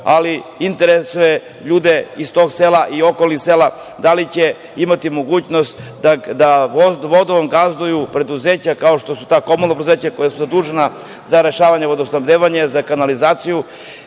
ali interesuje ljude iz tog sela i okolnih sela - da li će imati mogućnost da vodovom gazduju preduzeća, kao što su ta komunalna preduzeća koja su zadužena za rešavanje vodosnabdevanja, za kanalizaciju